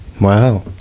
Wow